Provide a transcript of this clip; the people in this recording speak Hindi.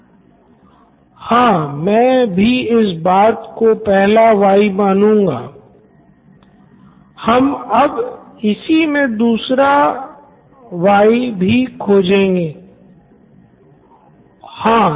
प्रोफेसर हाँ मैं भी इसी बात को पहला वाइ मानूँगा Siddharth Maturi CEO Knoin electronics हम अब इसी मे अपने दूसरे वाइ की खोज करेंगे प्रोफेसर हाँ